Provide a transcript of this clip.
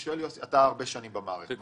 יוסי, אתה הרבה שנים במערכת.